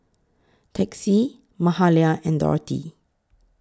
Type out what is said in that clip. Texie Mahalia and Dorthey